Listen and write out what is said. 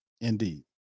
Indeed